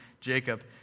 Jacob